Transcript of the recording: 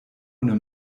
ohne